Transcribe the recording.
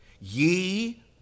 ye